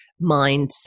mindset